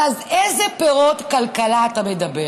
אז על איזה פירות כלכלה אתה מדבר?